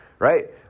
right